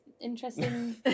Interesting